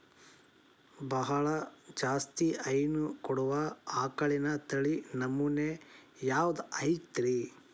ಬಹಳ ಜಾಸ್ತಿ ಹೈನು ಕೊಡುವ ಆಕಳಿನ ತಳಿ ನಮೂನೆ ಯಾವ್ದ ಐತ್ರಿ?